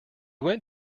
went